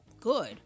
good